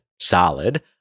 solid